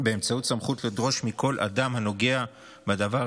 באמצעות סמכות לדרוש מכל אדם הנוגע בדבר